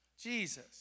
Jesus